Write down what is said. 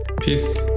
Peace